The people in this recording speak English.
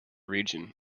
region